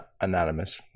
anonymous